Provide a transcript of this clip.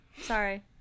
Sorry